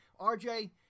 RJ